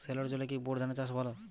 সেলোর জলে কি বোর ধানের চাষ ভালো?